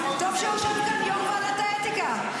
טוב שיושב כאן יו"ר ועדת האתיקה.